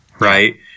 Right